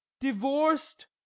divorced